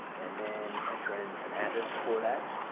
and then enter in an address for that.